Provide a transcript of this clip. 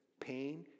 pain